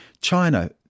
China